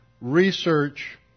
Research